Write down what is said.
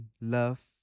love